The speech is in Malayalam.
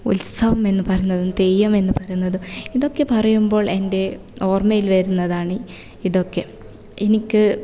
എന്ന് പറയുന്നതും തെയ്യം എന്ന് പറയുന്നതും ഇതൊക്കെ പറയുമ്പോള് എന്റെ ഓര്മ്മയില് വരുന്നതാണ് ഇതൊക്കെ